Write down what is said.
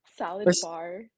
Saladbar